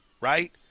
right